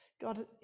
God